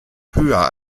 höher